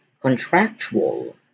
contractual